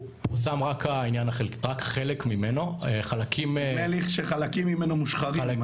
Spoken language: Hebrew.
רק חלק ממנו פורסם --- נדמה לי שחלקים ממנו מושחרים.